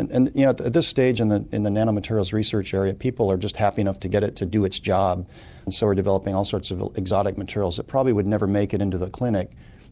and and yeah at this stage and in the nanomaterials research area, people are just happy enough to get it to do its job, and so we're developing all sorts of exotic materials that probably would never make it into the clinic